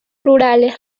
rurales